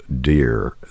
dear